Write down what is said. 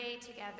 together